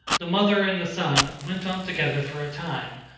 the mother and the son went on together for a time,